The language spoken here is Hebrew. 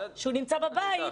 כשהוא נמצא בבית,